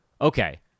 Okay